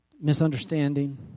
misunderstanding